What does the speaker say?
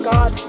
God